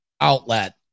outlet